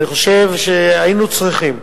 אני חושב שהיינו צריכים,